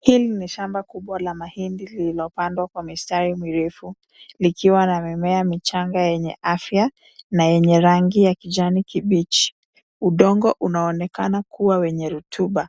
Hili ni shamba kubwa la mahindi lililopandwa kwa mistari mirefu, likiwa na mmea mchanga wenye afya na yenye rangi ya kijanikibichi. Udongo unaonekana kuwa wenye rutuba.